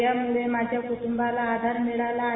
यामुळे माझ्या कुटूंबाला आधार मिळाला आहे